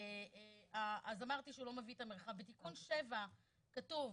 בתוספת לתיקון 7 כתוב: